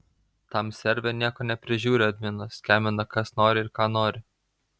tam serve nieko neprižiūri adminas skemina kas nori ir ką nori